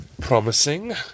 Promising